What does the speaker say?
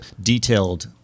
detailed